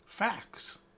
facts